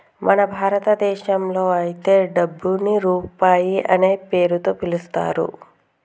మన భారతదేశంలో అయితే డబ్బుని రూపాయి అనే పేరుతో పిలుత్తారు